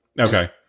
Okay